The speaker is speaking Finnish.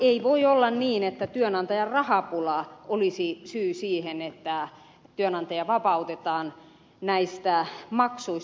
ei voi olla niin että työnantajan rahapula olisi syy siihen että työnantaja vapautetaan näistä maksuista